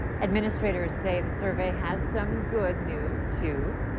administrators say the survey has some good news too.